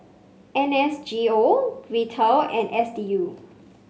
N S G O Vital and S D U